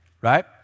right